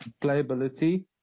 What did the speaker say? playability